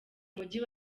mujyi